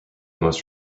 most